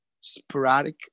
sporadic